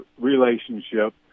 relationship